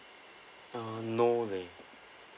uh no leh